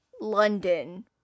London